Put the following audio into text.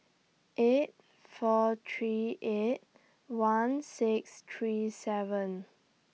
eight four three eight one six three seven